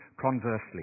conversely